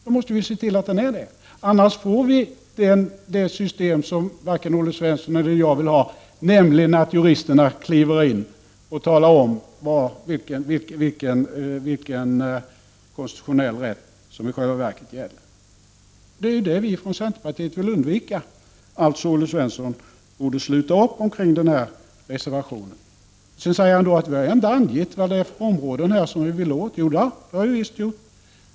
Då måste vi se till att den är det — annars får vi det system som varken Olle Svensson eller jag vill ha, nämligen att jurister kliver in och talar om vilken konstitutionell rätt som i själva verket gäller. Det är ju det som vii centerpartiet vill undvika. Olle Svensson borde därför ansluta sig till vår reservation. Han sade att vi inte hade angivit vilka områden det gäller. Jodå, det har vi visst gjort!